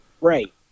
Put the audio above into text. Right